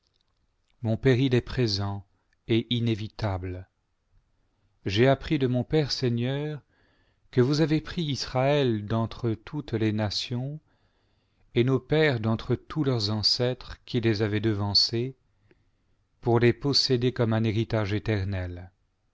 mon péril est présent et inévitable j'ai appris de mon père seigneur que vous avez pris israël d'entre toutes les nations et nos pères d'entre tous leurs ancêtres qui les avaient devancés pour les posséder comme un héritage éternel